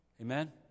Amen